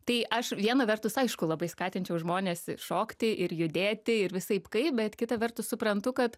tai aš viena vertus aišku labai skatinčiau žmones šokti ir judėti ir visaip kaip bet kita vertus suprantu kad